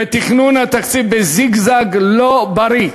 בתכנון התקציב, בזיגזג לא בריא.